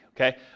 Okay